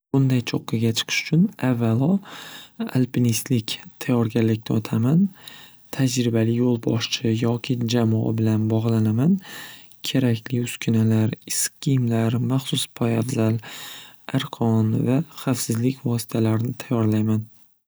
Bunday cho'qqiga chiqish uchun avvalo alpinistlik tayyorgarlikdan o'taman tajribali yo'l boshchi yoki jamoa bilan bog'lanaman kerakli uskunalar, issiq kiyimlar, maxsus poyabzal, arqon va xavfsizlik vositalarini tayyorlayman.